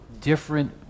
different